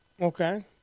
Okay